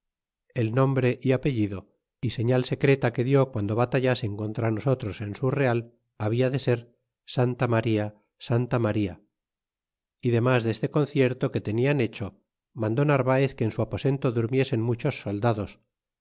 el nombre y apellido y señal secreta que dió piando batallasen contra nosotros en su real labia de ser santa maría santa maria y demas deste concierto que tenían hecho mandó narvaez que en su aposento durmiesen muchos soldados